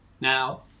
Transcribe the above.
Now